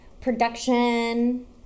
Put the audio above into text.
production